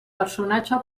personatge